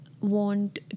want